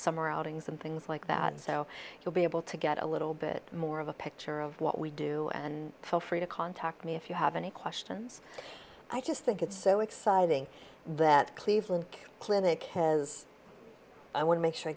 summer outings and things like that so you'll be able to get a little bit more of a picture of what we do and feel free to contact me if you have any questions i just think it's so exciting that cleveland clinic has i want to make sure i